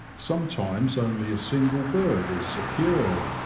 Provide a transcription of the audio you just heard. sometimes only a single bird is secured,